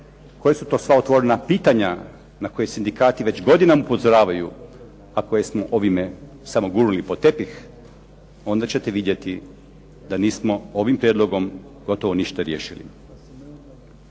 koja su to sva otvorena pitanja na koja sindikati već godinama upozoravaju a koje smo ovime samo gurnuli pod tepih onda ćete vidjeti da nismo ovim prijedlogom gotovo ništa riješili.